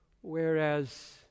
Whereas